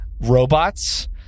robots